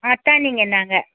அத்தானிங்க நாங்கள்